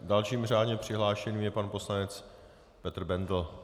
Dalším řádně přihlášeným je pan poslanec Petr Bendl.